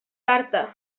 carta